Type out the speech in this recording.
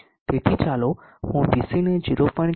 તેથી ચાલો હું VC ને 0